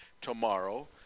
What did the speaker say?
tomorrow